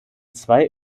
zwei